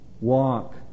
walk